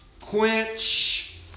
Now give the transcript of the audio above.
Quench